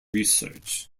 research